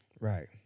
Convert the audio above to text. Right